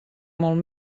molt